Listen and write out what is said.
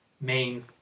main